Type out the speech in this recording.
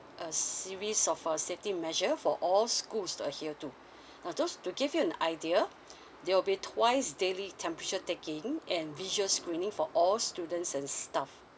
a series of a safety measure for all schools to adhere to now those to give you an idea there will be twice daily temperature taking and visual screening for all students and staff